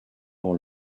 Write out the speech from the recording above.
pour